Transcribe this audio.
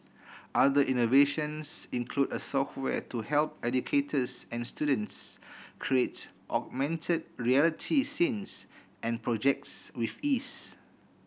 other innovations include a software to help educators and students create augmented reality scenes and projects with ease